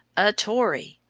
a tory!